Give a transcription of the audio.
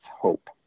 hope